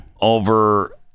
over